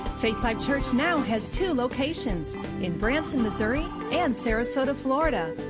faith life church now has two locations in branson, missouri and sarasota, florida.